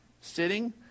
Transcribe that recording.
sitting